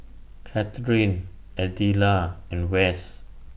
Katharyn Adela and West